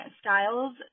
styles